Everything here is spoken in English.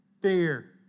fear